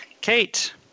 Kate